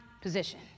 position